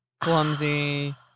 clumsy